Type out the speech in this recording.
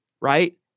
Right